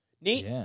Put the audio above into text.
Neat